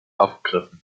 aufgegriffen